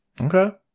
Okay